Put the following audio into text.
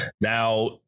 Now